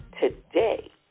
today